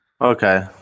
Okay